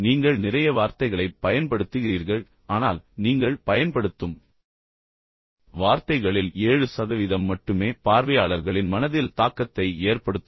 நீங்கள் நிறைய வார்த்தைகளைப் பயன்படுத்துகிறீர்கள் ஆனால் நீங்கள் பயன்படுத்தும் வார்த்தைகளில் 7 சதவீதம் மட்டுமே பார்வையாளர்களின் மனதில் தாக்கத்தை ஏற்படுத்தும்